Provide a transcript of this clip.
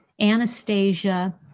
Anastasia